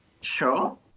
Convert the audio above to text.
Sure